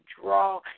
draw